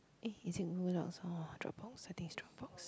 eh is it Dropbox I think is Dropbox